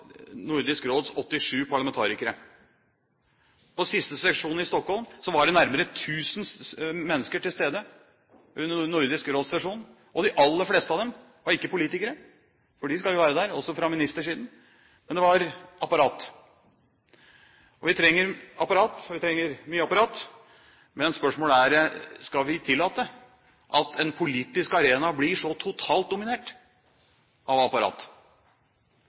Nordisk Råds 87 parlamentarikere. På siste sesjon i Nordisk Råd i Stockholm var det nærmere 1 000 mennesker til stede, og de aller fleste av dem var ikke politikere – de skal jo være der, også fra ministersiden – men det var apparat. Vi trenger apparat, og vi trenger mye apparat, men spørsmålet er: Skal vi tillate at en politisk arena blir så totalt dominert av apparat?